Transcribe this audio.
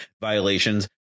violations